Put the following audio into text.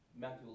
Matthew